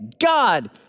God